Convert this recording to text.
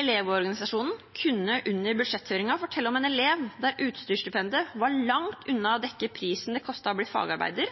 Elevorganisasjonen kunne under budsjetthøringen f.eks. fortelle om en elev der utstyrsstipendet var langt unna å dekke det det koster å bli fagarbeider,